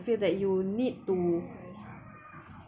feel that you need to